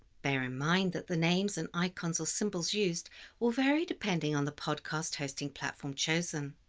bear in mind that the names and icons or symbols used will vary depending on the podcast hosting platform chosen.